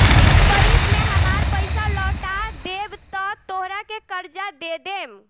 एक बरिस में हामार पइसा लौटा देबऽ त तोहरा के कर्जा दे देम